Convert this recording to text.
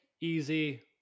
easy